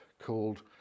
called